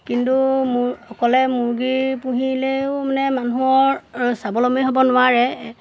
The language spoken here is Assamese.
কিন্তু অকলে মুৰ্গী পুহিলেও মানে মানুহৰ স্বাৱলম্বী হ'ব নোৱাৰে